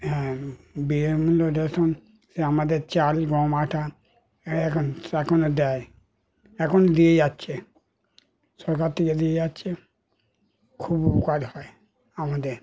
হ্যাঁ বিনামূল্যে রেশন সে আমাদের চাল গম আটা হ্যাঁ এখন এখনও দেয় এখনও দিয়ে যাচ্ছে সরকার থেকে দিয়ে যাচ্ছে খুব উপকার হয় আমাদের